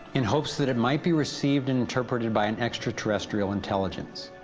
in hopes that it might be received and interpreted by an extraterrestial intelligence.